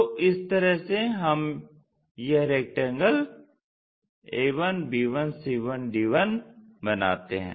तो इस तरह से हम यह रेक्टेंगल बनाते हैं